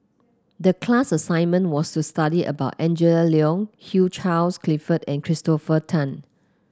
the class assignment was to study about Angela Liong Hugh Charles Clifford and Christopher Tan